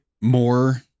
more